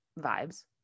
vibes